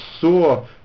saw